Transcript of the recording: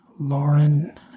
Lauren